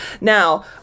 Now